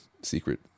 secret